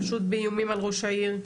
חשוד באיומים על ראש העיר,